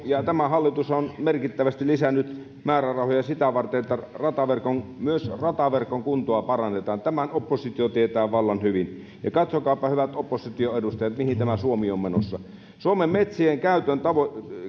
ja tämä hallitus on merkittävästi lisännyt määrärahoja sitä varten että myös rataverkon kuntoa parannetaan tämän oppositio tietää vallan hyvin katsookapa hyvät opposition edustajat mihin tämä suomi on menossa suomen metsien